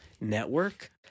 network